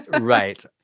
Right